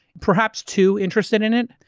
perhaps too interested in it.